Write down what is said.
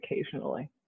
occasionally